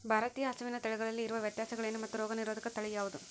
ಭಾರತೇಯ ಹಸುವಿನ ತಳಿಗಳಲ್ಲಿ ಇರುವ ವ್ಯತ್ಯಾಸಗಳೇನು ಮತ್ತು ರೋಗನಿರೋಧಕ ತಳಿ ಯಾವುದು?